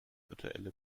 virtuelle